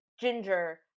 Ginger